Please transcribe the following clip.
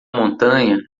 montanha